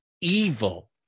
evil